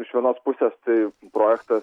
iš vienos pusės tai projektas